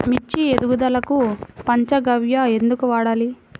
మిర్చి ఎదుగుదలకు పంచ గవ్య ఎందుకు వాడాలి?